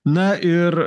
na ir